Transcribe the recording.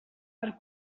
per